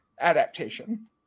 adaptation